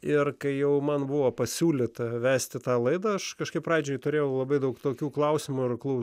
ir kai jau man buvo pasiūlyta vesti tą laidą aš kažkaip pradžiai turėjau labai daug tokių klausimų ar aklų